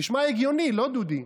נשמע הגיוני, לא, דודי?